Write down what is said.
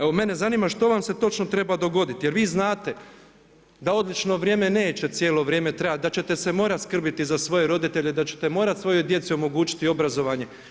Evo meni zanima što vam se točno treba dogoditi jer vi znadete da odlično vrijeme neće cijelo vrijeme trajati, da ćete se morati skrbiti za svoje roditelje, da ćete morati svojoj djeci omogućiti obrazovanje?